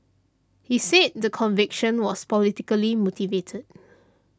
he said the conviction was politically motivated